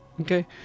Okay